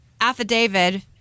affidavit